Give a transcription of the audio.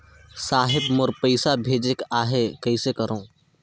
साहेब मोर पइसा भेजेक आहे, कइसे करो?